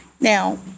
Now